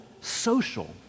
social